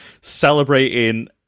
celebrating